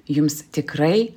jums tikrai